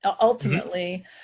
ultimately